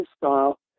style